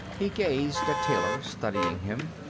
he gazed at taylor studying him.